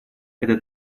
это